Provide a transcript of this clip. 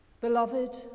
Beloved